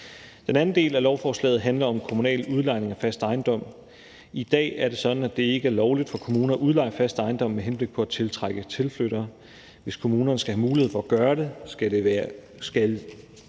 Den anden del af lovforslaget handler om kommunal udlejning af fast ejendom. I dag er det sådan, at det ikke er lovligt for kommuner at udleje faste ejendomme med henblik på at tiltrække tilflyttere. Hvis kommunerne skal have mulighed for at gøre det – det kunne